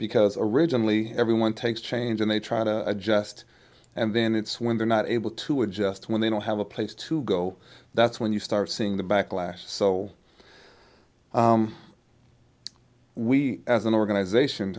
because originally everyone takes change and they try to adjust and then it's when they're not able to adjust when they don't have a place to go that's when you start seeing the backlash so we as an organization